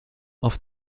auf